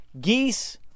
geese